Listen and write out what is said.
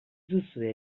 duzue